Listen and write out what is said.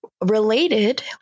related